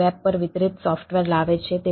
તે વેબ પર વિતરિત સોફ્ટવેર લાવે છે